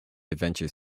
adventures